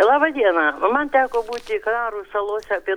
labą dieną man teko būti kanarų salose tai